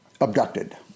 abducted